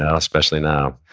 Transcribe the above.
and especially now